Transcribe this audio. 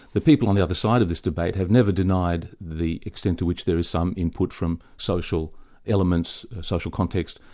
the people on the other side of this debate have never denied the extent to which there is some input from social elements, a social context.